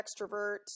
extrovert